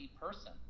Person